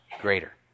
greater